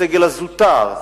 הסגל הזוטר,